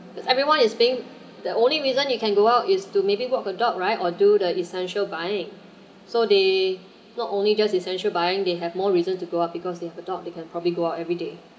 cause everyone is being the only reason you can go out is to maybe walk a dog right or do the essential buying so they not only just essential buying they have more reason to go out because they have a dog they can probably go out everyday